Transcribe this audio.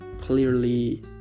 clearly